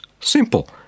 Simple